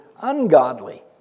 ungodly